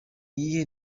iyihe